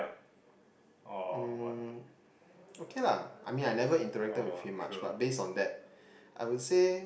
or what oh true